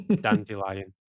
dandelion